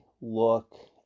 look